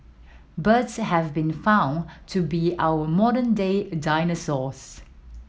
birds has been found to be our modern day dinosaurs